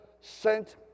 sent